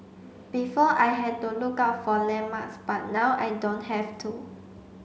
before I had to look out for landmarks but now I don't have to